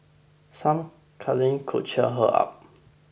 some cuddling could cheer her up